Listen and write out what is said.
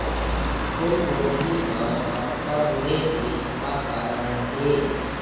फूलगोभी म पत्ता मुड़े के का कारण ये?